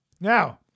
now